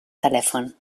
telèfon